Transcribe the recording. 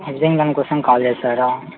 housing loan కోసం call చేసారా